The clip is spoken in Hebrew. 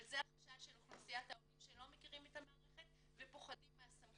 אבל זה החשש של אוכלוסיית העולים שלא מכירים את המערכת ופוחדים מהסמכות.